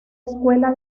escuela